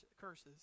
curses